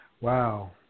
Wow